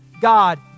God